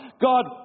God